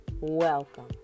Welcome